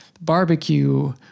barbecue